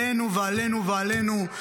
עלינו ועלינו ועלינו,